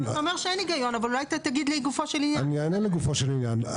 היגיון, אבל אולי תגיד לגופו של עניין.